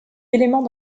éléments